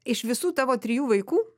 iš visų tavo trijų vaikų